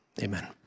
Amen